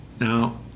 Now